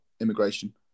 immigration